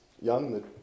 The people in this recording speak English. young